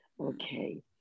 Okay